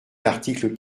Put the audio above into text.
l’article